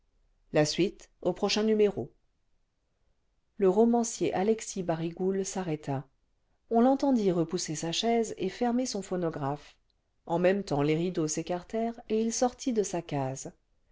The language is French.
le romancier alexis barigoul s'arrêta on l'entendit repousser sa chaise et fermer son phonographe en même temps les rideaux s'écartèrent et il sortit de sa case